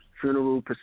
funeral